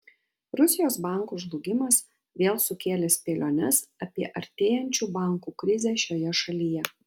rusijos bankų žlugimas vėl sukėlė spėliones apie artėjančių bankų krizę šioje šalyje